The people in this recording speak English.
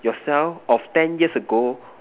yourself of ten years ago